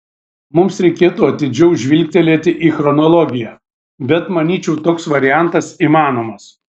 mums reikėtų atidžiau žvilgtelėti į chronologiją bet manyčiau toks variantas įmanomas